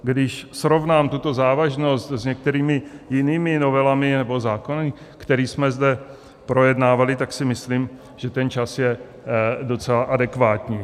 Když srovnám tuto závažnost s některými jinými novelami nebo zákony, které jsme zde projednávali, tak si myslím, že ten čas je docela adekvátní.